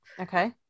Okay